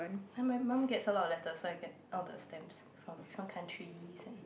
ya my mum gets a lot of letters so I get all the stamps from different countries and